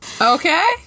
Okay